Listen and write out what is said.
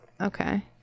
Okay